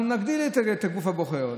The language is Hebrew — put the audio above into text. אנחנו נגדיל את הגוף הבוחר,